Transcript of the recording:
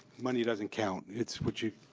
money doesn't count, it's what you,